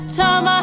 time